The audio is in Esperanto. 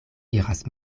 iras